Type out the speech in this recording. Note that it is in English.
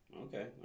Okay